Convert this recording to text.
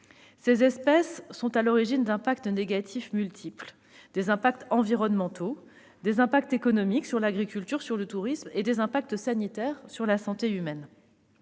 Ces espèces sont à l'origine d'impacts négatifs multiples : des impacts environnementaux, des impacts économiques sur l'agriculture, sur le tourisme, et des impacts sanitaires sur la santé humaine.